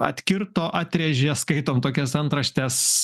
atkirto atrėžė skaitom tokias antraštes